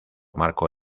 marco